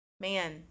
man